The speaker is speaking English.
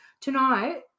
Tonight